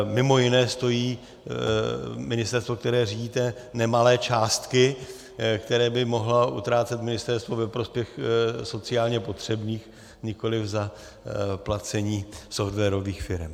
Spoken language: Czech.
Mimo jiné stojí ministerstvo, které řídíte, nemalé částky, které by mohlo utrácet ministerstvo ve prospěch sociálně potřebných, nikoliv za placení softwarových firem.